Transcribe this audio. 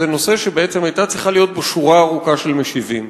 זה נושא שבעצם היתה צריכה להיות בו שורה ארוכה של משיבים: